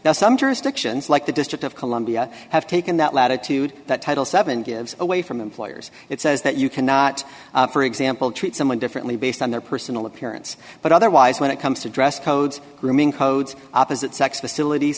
now some jurisdictions like the district of columbia have taken that latitude that title seven gives away from employers it says that you cannot for example treat someone differently based on their personal appearance but otherwise when it comes to dress codes grooming codes opposite sex facilities